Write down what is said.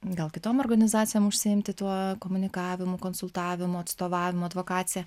gal kitom organizacijom užsiimti tuo komunikavimu konsultavimu atstovavimu advokacija